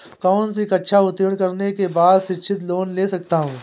कौनसी कक्षा उत्तीर्ण करने के बाद शिक्षित लोंन ले सकता हूं?